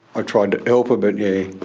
i tried to help her but, yeah,